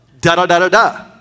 da-da-da-da-da